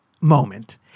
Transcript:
moment